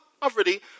poverty